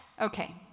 Okay